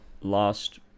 last